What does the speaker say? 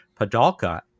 Padalka